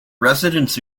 residents